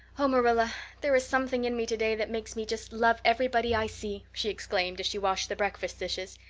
oh, marilla, there is something in me today that makes me just love everybody i see, she exclaimed as she washed the breakfast dishes.